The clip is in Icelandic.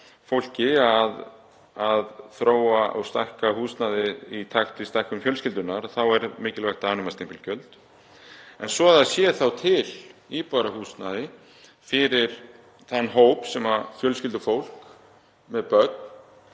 fólki að þróa og stækka húsnæði í takt við stækkun fjölskyldunnar er mikilvægt að afnema stimpilgjöld. Svo að það sé þá til íbúðarhúsnæði fyrir þann hóp sem er fjölskyldufólk með börn,